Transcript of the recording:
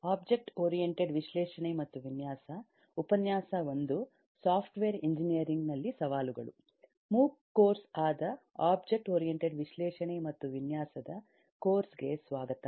MOOCs course ಆದ object oriented ವಿಶ್ಲೇಷಣೆ ಮತ್ತು ವಿನ್ಯಾಸದ ಕೋರ್ಸ್ ಗೆಸ್ವಾಗತ